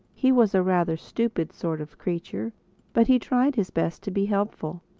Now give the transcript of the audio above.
he was a rather stupid sort of creature but he tried his best to be helpful.